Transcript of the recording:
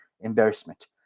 embarrassment